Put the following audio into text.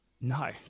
no